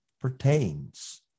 pertains